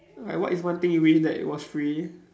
like what is one thing you wish that it was free